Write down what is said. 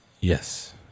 Yes